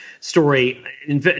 story